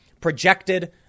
projected